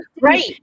Right